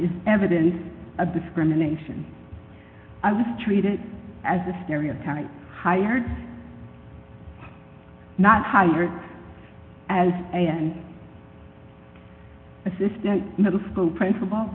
is evidence of discrimination i was treated as a stereotype hired not hired as a an assistant middle school principal